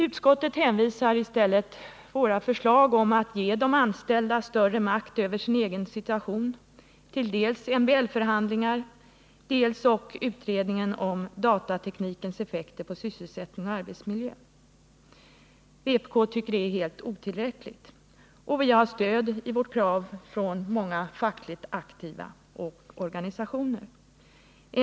Utskottet hänvisar i stället våra förslag om att ge de anställda större makt över sin egen situation dels till MBL-förhandlingar, dels till utredningen om datateknikens effekter på sysselsättning och arbetsmiljö. Vpk anser att detta är helt otillräckligt, och vi har stöd i våra krav av många fackligt aktiva och många organisationer.